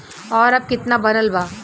और अब कितना बनल बा?